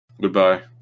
Goodbye